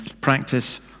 Practice